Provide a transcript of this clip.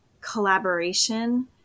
collaboration